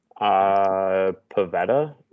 Pavetta